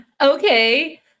Okay